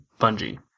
Bungie